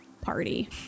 party